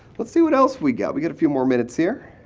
let's see what else we got. we got a few more minutes here.